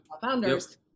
founders